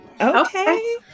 Okay